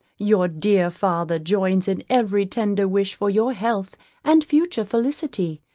your dear father joins in every tender wish for your health and future felicity,